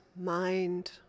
mind